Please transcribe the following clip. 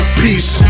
peace